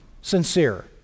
sincere